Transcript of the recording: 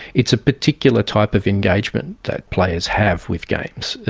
it's a particular type of engagement that players have with games.